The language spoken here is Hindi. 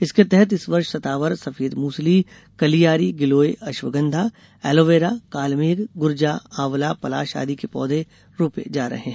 इसके तहत इस वर्ष सतावर सफेद मूसली कलियारी गिलोय अश्वगंधा एलोवेरा कालमेघ गुर्जा आंवला पलाश आदि के पौधे रोपे जा रहे है